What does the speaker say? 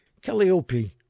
Calliope